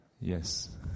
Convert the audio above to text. Yes